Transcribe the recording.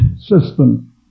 system